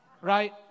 right